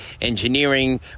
engineering